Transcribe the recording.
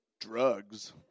drugs